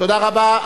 תודה רבה.